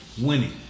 winning